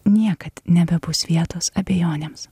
niekad nebebus vietos abejonėms